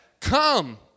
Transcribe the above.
Come